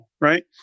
right